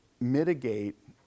mitigate